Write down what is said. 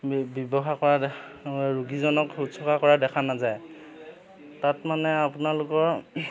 ব ব্যৱহাৰ কৰা দে ৰোগীজনক শুশ্ৰূষা কৰা দেখা নাযায় তাত মানে আপোনালোকৰ